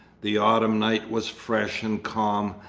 the autumn night was fresh and calm.